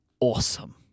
awesome